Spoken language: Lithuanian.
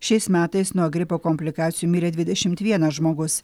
šiais metais nuo gripo komplikacijų mirė dvidešimt vienas žmogus